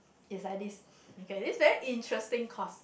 is like this okay this very interesting course